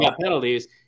penalties